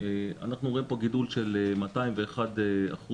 אנחנו רואים פה גידול של 201% במספר